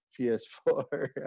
PS4